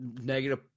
negative